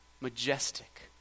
majestic